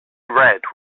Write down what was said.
red